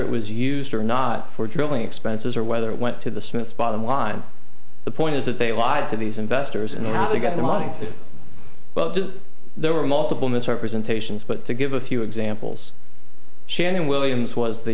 it was used or not for drilling expenses or whether it went to the smiths bottom line the point is that they lied to these investors and how they got the money well there were multiple misrepresentations but to give a few examples shannon williams was the